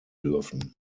dürfen